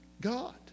God